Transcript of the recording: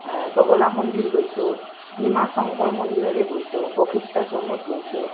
বগলা মন্দিৰ গৈছোঁ ভীমা শংকৰ মন্দিৰলে গৈছোঁ বশিষ্ঠাশ্ৰমত গৈছোঁ